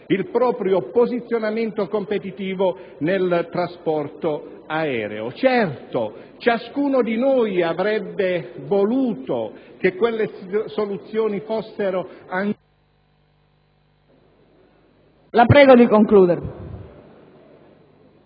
il proprio posizionamento competitivo nel trasporto aereo. Certo, ciascuno di noi avrebbe voluto che quelle soluzioni fossero... *(Il microfono si